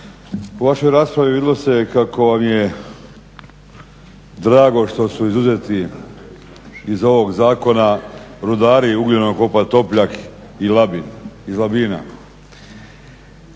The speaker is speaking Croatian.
u vašoj raspravi vidjelo se je kako vam je drago što su izuzeti iz ovog zakona rudari ugljenokopa Topljak i Labin